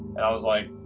i was like